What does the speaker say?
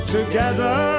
Together